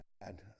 bad